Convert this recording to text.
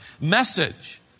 message